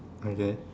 and then